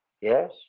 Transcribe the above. Yes